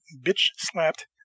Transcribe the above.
bitch-slapped